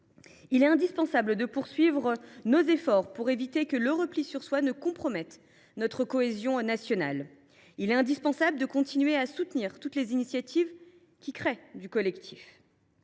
Il est indispensable de poursuivre nos efforts pour éviter que le repli sur soi ne compromette notre cohésion nationale, et de continuer à soutenir toutes les initiatives qui créent du collectif.